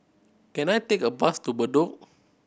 can I take a bus to Bedok